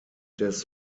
des